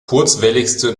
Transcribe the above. kurzwelligste